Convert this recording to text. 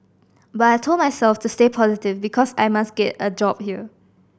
but I told myself to stay positive because I must get a job here